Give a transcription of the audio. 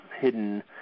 hidden